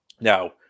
Now